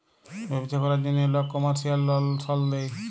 ব্যবছা ক্যরার জ্যনহে লক কমার্শিয়াল লল সল লেয়